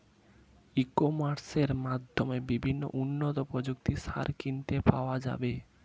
ই কমার্সের মাধ্যমে কিভাবে উন্নত প্রযুক্তির সার কিনতে পাওয়া যাবে?